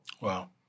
Wow